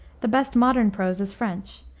the best modern prose is french,